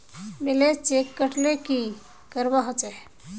Balance check करले की करवा होचे?